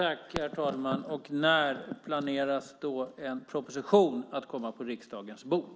Herr talman! När planeras en proposition komma på riksdagens bord?